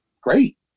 great